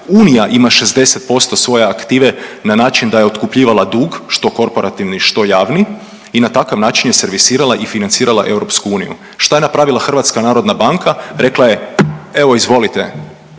unija ima 60% svoje aktive na način da je otkupljivala dug što korporativni, što javni i na takav način je servisirala i financirala EU. Šta je napravila Hrvatska narodna banka? Rekla je evo izvolite.